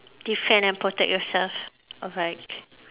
defend and protect yourself alright